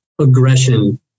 aggression